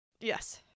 Yes